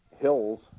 hills